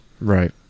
Right